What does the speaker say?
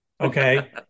Okay